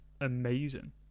amazing